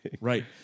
right